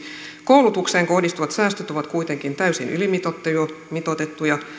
koulutukseen kohdistuvat säästöt ovat kuitenkin täysin ylimitoitettuja